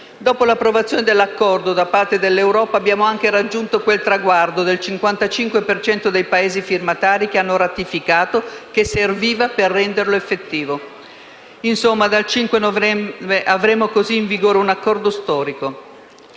Dopo l'approvazione dell'Accordo da parte dell'Europa abbiamo anche raggiunto quel traguardo del 55 per cento dei Paesi firmatari che hanno ratificato che serviva per renderlo effettivo. Insomma, dal prossimo 5 novembre avremo in vigore un accordo storico,